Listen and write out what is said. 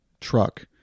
truck